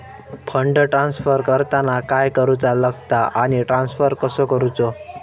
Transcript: Fund transfer करताना काय करुचा लगता आनी ट्रान्स्फर कसो करूचो?